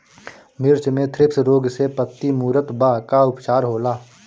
मिर्च मे थ्रिप्स रोग से पत्ती मूरत बा का उपचार होला?